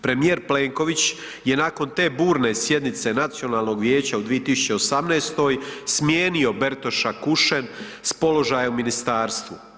Premijer Plenković je nakon te burne sjednice Nacionalnog vijeća u 2018. smijenio Bertoša Kušen s položaja u ministarstvu.